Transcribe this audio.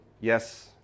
Yes